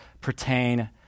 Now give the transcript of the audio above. pertain